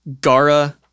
Gara